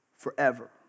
Forever